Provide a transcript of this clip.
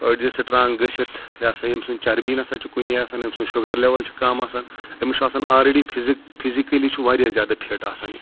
أڈجہِ سٹرانٛگ گٔژھِتھ یہِ ہَسا ییٚمہِ سُنٛد چربین ہَسا چھُ کُنے آسان أمۍ سُنٛد شُگر لیول چھُ کَم آسان أمِس چھُ آسان آلریڈی فِزِک فِزِکٔلی چھُ واریاہ زیادٕ فِٹ آسان